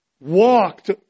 walked